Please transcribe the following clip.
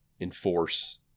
enforce